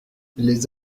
les